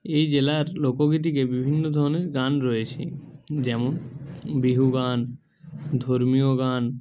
এই জেলার লোকগীতিকে বিভিন্ন ধরনের গান রয়েছে যেমন বিহু গান ধর্মীয় গান